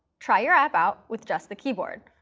try your app out with just the keyboard,